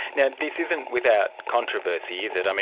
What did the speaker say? and and this isn't without controversy, is it. ah